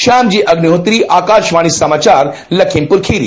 श्यामजी अग्निहोत्री आकाशवाणी समाचार लखीमपुर खीरी